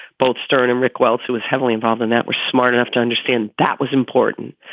both stern and rick welts, who was heavily involved in that, were smart enough to understand that was important.